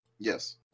Yes